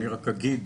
אני רק אגיד